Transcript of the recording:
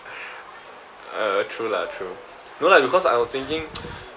uh true lah true no lah because I was thinking